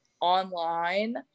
online